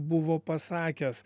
buvo pasakęs